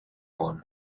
won